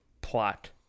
plot